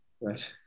right